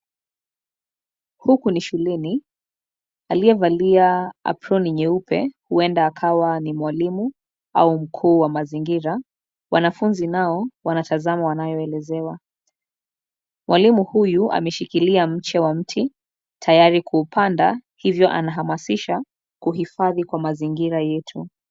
Huku ni shuleni, aliyevalia aproni nyeupe huenda akawa ni mwalimu, au mkuu wa mazingira, wanafunzi nao wanatazama wanayoelezewa, mwalimu huyu ameshikilia mche wa mti, tayari kuupanda, hivyo anahamasisha, kuhifadhi kwa mazingira yetu.